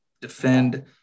defend